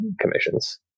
commissions